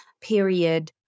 period